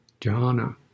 jhana